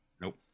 Nope